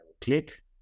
click